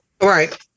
Right